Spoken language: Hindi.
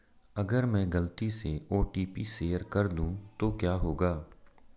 अगर मैं गलती से ओ.टी.पी शेयर कर दूं तो क्या होगा?